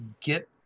get